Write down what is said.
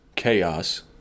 chaos